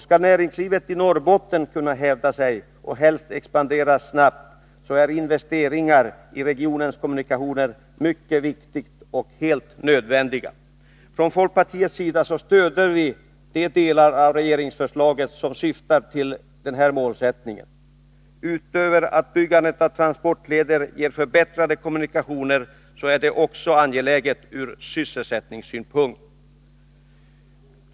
Skall näringslivet i Norrbotten kunna hävda sig, och helst expandera snabbt, är investeringar i regionens kommunikationer mycket viktiga och helt nödvändiga. Från folkpartiets sida stöder vi de delar av regeringsförslaget som har detta syfte. Utöver att byggandet av transportleder ger förbättrade kommunikationer är det också angeläget ur sysselsättningssynpunkt.